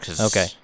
Okay